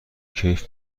کیف